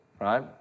right